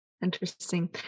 Interesting